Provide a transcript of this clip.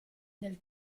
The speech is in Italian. del